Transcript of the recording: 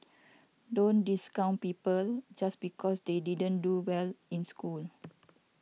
don't discount people just because they didn't do well in school